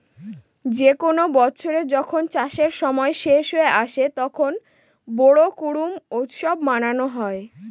যে কোনো বছরে যখন চাষের সময় শেষ হয়ে আসে, তখন বোরো করুম উৎসব মানানো হয়